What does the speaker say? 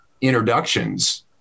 introductions